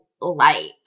light